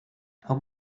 how